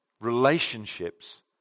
Relationships